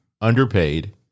underpaid